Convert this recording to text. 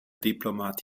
diplomat